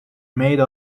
made